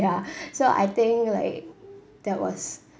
ya so I think like that was